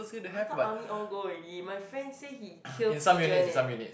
I thought army all go already my friend say he kill pigeon eh